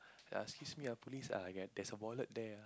ya excuse me ah police ah there's a wallet there